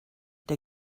der